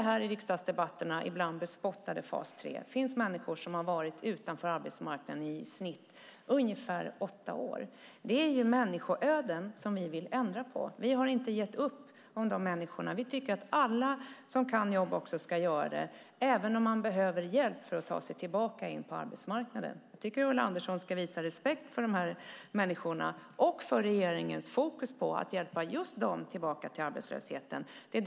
I det i riksdagsdebatterna ofta bespottade fas 3 finns människor som har varit utanför arbetsmarknaden i snitt åtta år. Det är människoöden som vi vill ändra på. Vi har inte gett upp på dessa människor. Vi tycker att alla som kan jobba ska göra det, även om man behöver hjälp för att ta sig tillbaka in på arbetsmarknaden. Jag tycker att Ulla Andersson ska visa respekt för dessa människor och för regeringens fokus på att hjälpa just dessa tillbaka till arbetsmarknaden.